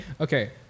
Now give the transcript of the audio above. Okay